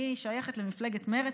אני שייכת למפלגת מרצ,